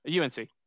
UNC